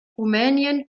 rumänien